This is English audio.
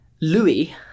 Louis